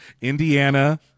Indiana